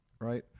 right